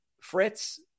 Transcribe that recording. fritz